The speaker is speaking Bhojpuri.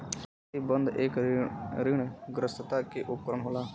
सरकारी बन्ध एक ऋणग्रस्तता के उपकरण होला